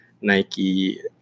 Nike